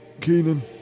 Keenan